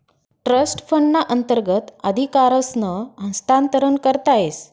trust फंडना अंतर्गत अधिकारसनं हस्तांतरण करता येस